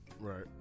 Right